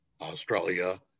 Australia